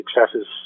successes